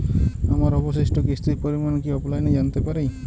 আমার অবশিষ্ট কিস্তির পরিমাণ কি অফলাইনে জানতে পারি?